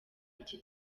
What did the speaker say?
iki